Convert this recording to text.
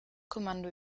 kommando